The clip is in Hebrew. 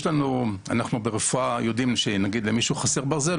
אנחנו ברפואה יודעים שאם חושבים שלמישהו חסר ברזל,